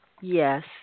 Yes